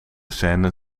scene